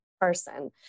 person